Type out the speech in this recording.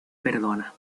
perdona